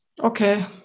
okay